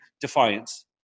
defiance